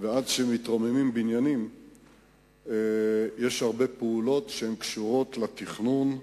ועד שמתרוממים בניינים יש הרבה פעולות שקשורות לתכנון.